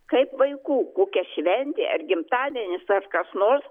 kaip vaikų kokia šventė ar gimtadienis ar kas nors